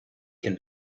can